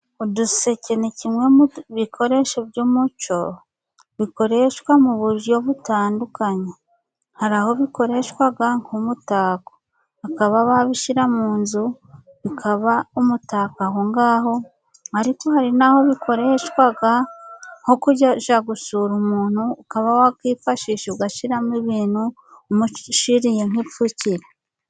Uduseke ni kimwe mu bikoresho by'umuco, bikoreshwa mu buryo butandukanye. Hari aho bikoreshwa nk'umutako, bakaba babishyira mu nzu bikaba umutako aho ngaho, ariko hari n'aho bikoreshwa nko kujya gusura umuntu, ukaba wakwifashisha ugashyiramo ibintu umushyiriye nk'ipfukire.